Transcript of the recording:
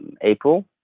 April